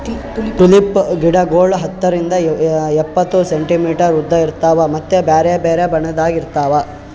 tulip ಗಿಡಗೊಳ್ ಹತ್ತರಿಂದ್ ಎಪ್ಪತ್ತು ಸೆಂಟಿಮೀಟರ್ ಉದ್ದ ಇರ್ತಾವ್ ಮತ್ತ ಬ್ಯಾರೆ ಬ್ಯಾರೆ ಬಣ್ಣದಾಗ್ ಇರ್ತಾವ್